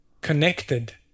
connected